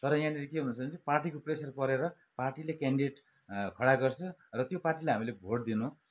तर यहाँनिर के हुन्छ भने पार्टीको प्रेसर परेर पार्टीले क्यानडिडेट खडा गर्छ र त्यो पार्टीलाई हामीले भोट दिनु